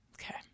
Okay